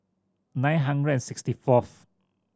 nine hundred and sixty fourth